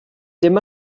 dim